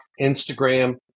Instagram